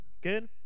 Good